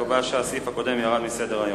אני קובע שהסעיף הקודם ירד מסדר-היום.